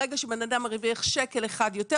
ברגע שבן אדם מרוויח שקל אחד יותר,